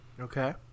Okay